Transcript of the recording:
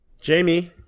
Jamie